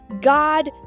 God